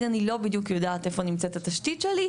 אני לא בדיוק יודעת איפה נמצאת התשתית שלי.